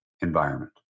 environment